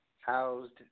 housed